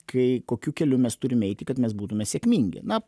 kai kokiu keliu mes turim eiti kad mes būtume sėkmingi na